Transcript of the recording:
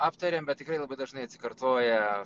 aptariam bet tikrai labai dažnai atsikartoja